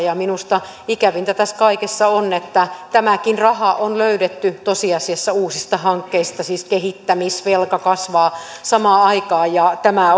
minusta ikävintä tässä kaikessa on että tämäkin raha on löydetty tosiasiassa uusista hankkeista siis kehittämisvelka kasvaa samaan aikaan tämä